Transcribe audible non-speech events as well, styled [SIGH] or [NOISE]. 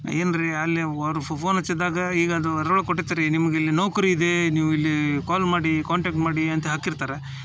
ಏನು ರೀ ಅಲ್ಲಿ [UNINTELLIGIBLE] ಫೋನ್ ಹಚ್ಚಿದಾಗ ಈಗ ಅದು ಅದ್ರೊಳಗೆ ಕೊಟ್ಟಿರ್ತಾರೆ ನಿಮ್ಗೆ ಇಲ್ಲಿ ನೌಕರಿ ಇದೇ ನೀವು ಇಲ್ಲಿ ಕಾಲ್ ಮಾಡಿ ಕಾಂಟ್ಯಾಕ್ಟ್ ಮಾಡಿ ಅಂತ ಹಾಕಿರ್ತಾರೆ